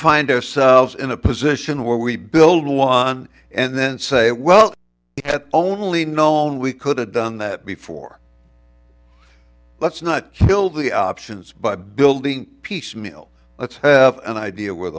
find ourselves in a position where we build one and then say well only known we could have done that before let's not kill the options by building piecemeal let's have an idea where